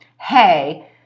hey